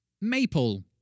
maple